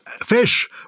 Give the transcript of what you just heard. Fish